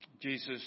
Jesus